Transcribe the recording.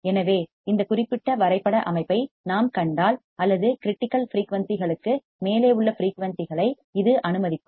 எனவே இந்த குறிப்பிட்ட வரைபட அமைப்பை நாம் கண்டால் அல்லது கிரிட்டிக்கல் ஃபிரீயூன்சிகளுக்கு மேலே உள்ள ஃபிரீயூன்சிகளை இது அனுமதிக்கும்